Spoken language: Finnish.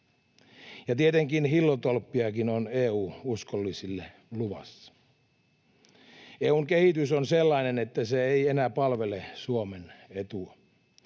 Ja tietenkin hillotolppiakin on EU-uskollisille luvassa. EU:n kehitys on sellainen, että se ei enää palvele Suomen etua.